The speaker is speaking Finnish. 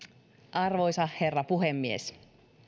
arvoisa herra puhemies